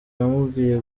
yamubwiye